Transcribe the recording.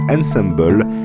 ensemble